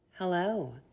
Hello